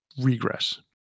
regress